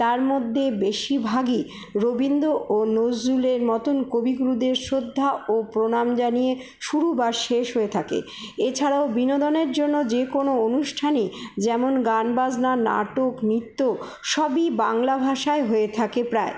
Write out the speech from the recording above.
তার মধ্যে বেশীরভাগই রবীন্দ্র ও নজরুলের মতন কবিগুরুদের শ্রদ্ধা ও প্রণাম জানিয়ে শুরু বা শেষ হয়ে থাকে এছাড়াও বিনোদনের জন্য যে কোনো অনুষ্ঠানই যেমন গান বাজনা নাটক নৃত্য সবই বাংলাভাষায় হয়ে থাকে প্রায়